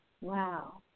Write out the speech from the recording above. Wow